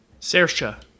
Sersha